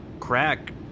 Crack